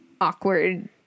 awkward